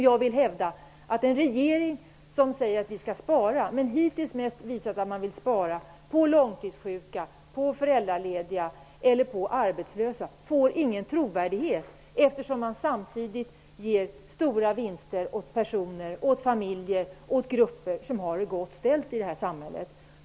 Jag vill hävda att den regering som säger att vi skall spara men som hittills sparat på resurserna för långtidssjuka, föräldralediga och arbetslösa inte får någon trovärdighet om man samtidigt ger stora vinster till personer, familjer och grupper som har det gott ställt i samhället.